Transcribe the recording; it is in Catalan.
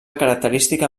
característica